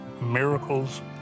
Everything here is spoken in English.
miracles